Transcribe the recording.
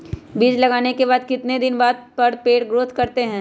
बीज लगाने के बाद कितने दिन बाद पर पेड़ ग्रोथ करते हैं?